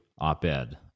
op-ed